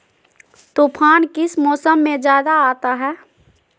तूफ़ान किस मौसम में ज्यादा आता है?